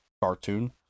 cartoon